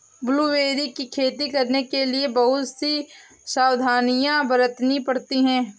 blueberry की खेती करने के लिए बहुत सी सावधानियां बरतनी पड़ती है